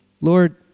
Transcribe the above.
Lord